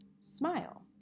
smile